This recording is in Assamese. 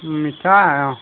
মিঠায়ে অ